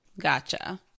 Gotcha